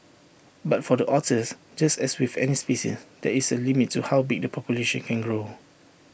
but for the otters just as with any species there is A limit to how big the population can grow